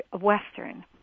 Western